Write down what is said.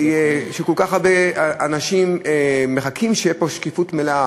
וכל כך הרבה אנשים מחכים שתהיה פה שקיפות מלאה